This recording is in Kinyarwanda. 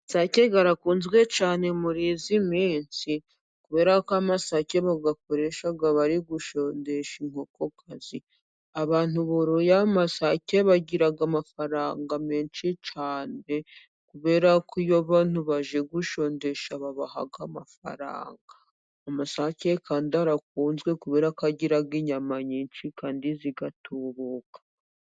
Isake zirakunzwe cyane muri iyi minsi kubera ko amasake bayakoresha bari gushondesha inkokokazi. Abantu boroye amasake bagira amafaranga menshi cyane, kubera ko iyo abantu baje gushondesha babaha amafaranga. Amasake kandi arakunzwe kubera ko agira inyama nyinshi kandi zigatubuka.